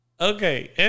Okay